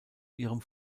ihrem